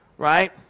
Right